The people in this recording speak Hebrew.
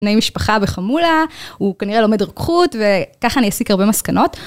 בני משפחה וחמולה, הוא כנראה לומד רוקחות וככה נסיק הרבה מסקנות.